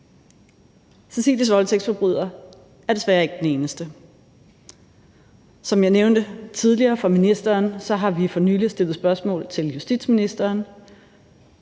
Cecilies voldtægtsforbryder er desværre ikke den eneste. Som jeg nævnte tidligere over for ministeren, har vi for nylig stillet spørgsmål til justitsministeren.